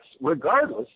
regardless